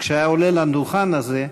שכשהוא היה עולה לדוכן הזה,